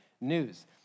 news